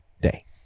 day